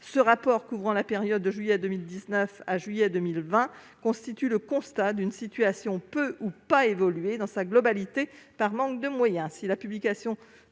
2020, couvrant la période de juillet 2019 à juillet 2020, dresse le constat d'une « situation peu ou pas évaluée dans sa globalité par manque de moyens ». La publication